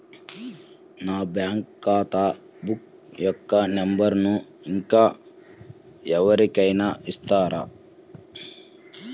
నా బ్యాంక్ ఖాతా బుక్ యొక్క నంబరును ఇంకా ఎవరి కైనా ఇస్తారా?